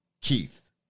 Keith